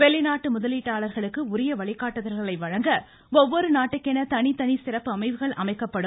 வெளிநாட்டு முதலீட்டாளர்களுக்கு உரிய வழிகாட்டுதல்களை வழங்க ஒவ்வொரு நாட்டுக்கென தனித்தனி சிறப்பு அமைவுகள் அமைக்கப்படும்